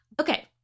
Okay